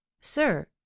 Sir